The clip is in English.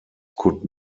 could